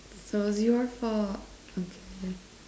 so zero four okay